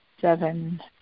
seven